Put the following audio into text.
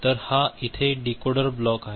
तर हा इथे डिकोडर ब्लॉक आहे